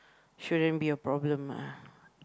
shouldn't be a problem ah